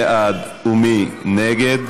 מרב מיכאלי, איתן כבל,